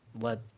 let